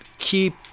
keep